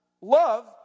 love